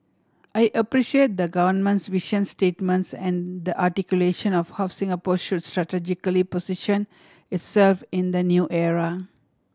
I appreciate the Government's vision statements and the articulation of how Singapore should strategically position itself in the new era